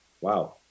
wow